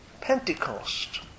Pentecost